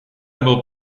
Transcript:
был